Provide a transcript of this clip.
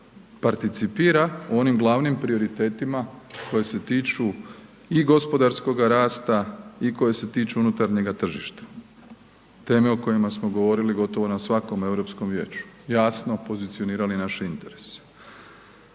participira u onim glavnim prioritetima koje se tiču i gospodarskoga rasta i koje se tiču unutarnjega tržišta. Teme o kojima smo govorili gotovo na svakom Europskom vijeću, jasno pozicionirali naše interese.